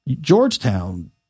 Georgetown